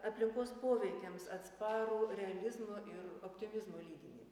aplinkos poveikiams atsparų realizmo ir optimizmo lydinį